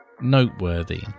noteworthy